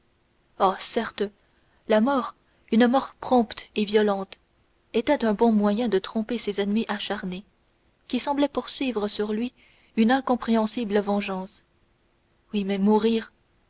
certes la mort une mort prompte et violente était un bon moyen de tromper ses ennemis acharnés qui semblaient poursuivre sur lui une incompréhensible vengeance oui mais mourir